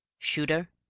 shooter?